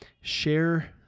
share